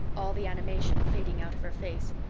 all the animation fading out of her face.